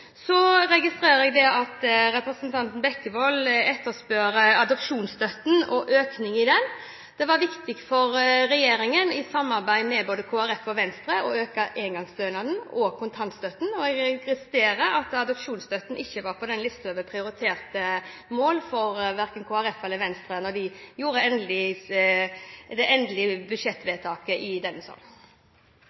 Så registrerer jeg at representanten Bekkevold etterspør økning i adopsjonsstøtten. Det var viktig for regjeringen, i samarbeid med både Kristelig Folkeparti og Venstre, å øke engangsstønaden og kontantstøtten, og jeg registrerer at adopsjonsstøtten ikke var på lista over prioriterte mål for verken Kristelig Folkeparti eller Venstre når det gjelder det endelige